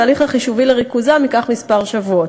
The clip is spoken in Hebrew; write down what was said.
וההליך החישובי לריכוזם ייקח כמה שבועות.